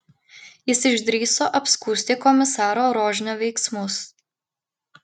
jis išdrįso apskųsti komisaro rožnio veiksmus